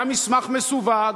והמסמך מסווג?